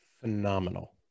Phenomenal